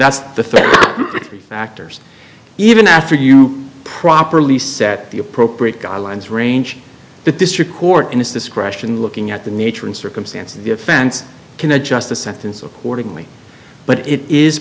that's the thirty three factors even after you properly set the appropriate guidelines range the district court in its discretion looking at the nature and circumstance of the offense can adjust the sentence accordingly but it is